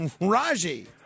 Raji